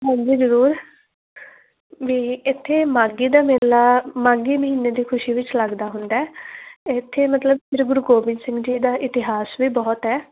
ਹਾਂਜੀ ਜ਼ਰੂਰ ਵੀ ਇੱਥੇ ਮਾਘੀ ਦਾ ਮੇਲਾ ਮਾਘੀ ਮਹੀਨੇ ਦੀ ਖੁਸ਼ੀ ਵਿੱਚ ਲੱਗਦਾ ਹੁੰਦਾ ਇੱਥੇ ਮਤਲਬ ਸ਼੍ਰੀ ਗੁਰੂ ਗੋਬਿੰਦ ਸਿੰਘ ਜੀ ਦਾ ਇਤਿਹਾਸ ਵੀ ਬਹੁਤ ਹੈ